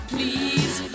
Please